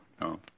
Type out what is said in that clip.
no